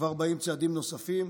וכבר באים צעדים נוספים,